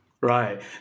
Right